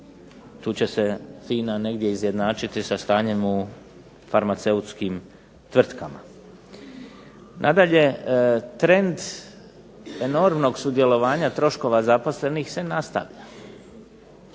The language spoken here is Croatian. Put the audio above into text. tu će se FINA negdje izjednačiti sa stanjem u farmaceutskim tvrtkama. Nadalje trend enormnog sudjelovanja troškova zaposlenih se nastavlja.